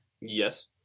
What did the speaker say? yes